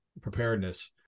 preparedness